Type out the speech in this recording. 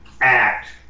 act